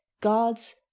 God's